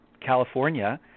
California –